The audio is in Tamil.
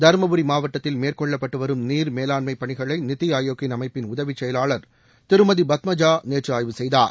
தருமபுரி மாவட்டத்தில் மேற்கொள்ளப்பட்டு வரும் நீர் மேலாண்மைப் பணிகளை நித்தி ஆயோக்கின் அமைப்பின் உதவி செயலாளர் திருமதி பத்மஜா நேற்று ஆய்வு செய்தார்